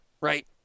right